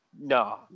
no